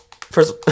first